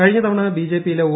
കഴിഞ്ഞ തവണ ബിജെപിയിലെ ഒ